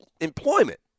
employment